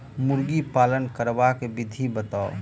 मुर्गी पालन करबाक विधि बताऊ?